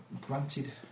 granted